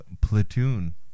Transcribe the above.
Platoon